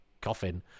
coffin